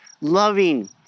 loving